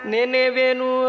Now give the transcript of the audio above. Nenevenu